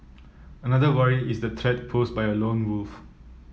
another worry is the threat posed by a lone wolf